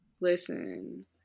Listen